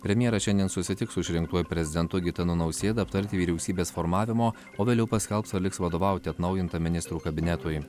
premjeras šiandien susitiks su išrinktuoju prezidentu gitanu nausėda aptarti vyriausybės formavimo o vėliau paskelbs ar liks vadovauti atnaujintam ministrų kabinetui